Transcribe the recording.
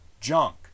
junk